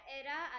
era